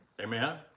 Amen